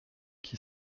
qui